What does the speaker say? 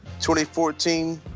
2014